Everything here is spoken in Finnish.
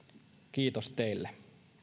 kiitos teille